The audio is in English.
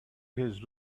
his